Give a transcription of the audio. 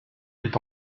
est